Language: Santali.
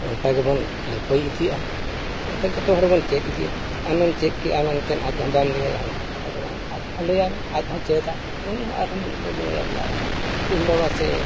ᱚᱱᱠᱟᱜᱮ ᱵᱚᱱ ᱞᱟᱹᱯᱟᱹᱭ ᱤᱫᱤᱜᱼᱟ ᱮᱱᱠᱷᱟᱱ ᱡᱚᱛᱚ ᱦᱚᱲ ᱵᱚᱱ ᱪᱮᱫ ᱤᱫᱤᱜᱼᱟ ᱟᱢᱮᱢ ᱪᱮᱫ ᱠᱮᱫᱟ ᱢᱮᱱᱛᱮᱫ ᱟᱡ ᱦᱚᱸ ᱵᱟᱢ ᱞᱟᱹᱭ ᱟᱭᱟ ᱚᱱᱠᱟᱱ ᱠᱟᱛᱷᱟ ᱫᱚ ᱵᱟᱝ ᱟᱡ ᱦᱚᱸ ᱞᱟᱹᱭ ᱟᱭᱢᱮ ᱟᱡ ᱦᱚᱸᱭ ᱪᱮᱫᱟ ᱩᱱᱤ ᱦᱚᱸ ᱟᱨ ᱦᱚᱸ ᱢᱤᱫ ᱦᱚᱲᱮ ᱞᱟᱹᱭ ᱟᱭᱟ ᱤᱧ ᱵᱟᱵᱟ ᱥᱮ